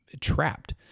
trapped